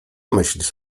myślisz